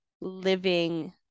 living